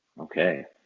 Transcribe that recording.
okay.